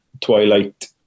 twilight